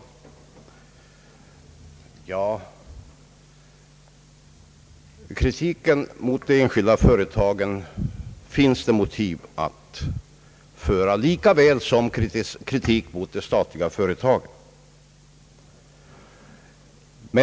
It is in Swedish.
Ja, det finns motiv att föra kritik mot de enskilda företagen lika väl som mot de statliga.